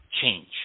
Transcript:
change